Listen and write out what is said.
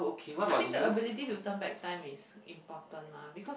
I think the ability to turn back time is important lah because